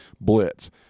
blitz